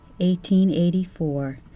1884